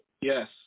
Yes